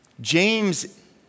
James